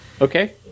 okay